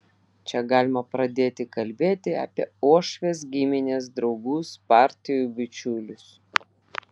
čia galima pradėti kalbėti apie uošves gimines draugus partijų bičiulius